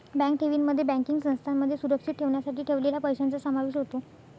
bank ठेवींमध्ये banking संस्थांमध्ये सुरक्षित ठेवण्यासाठी ठेवलेल्या पैशांचा समावेश होतो